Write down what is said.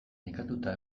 nekatuta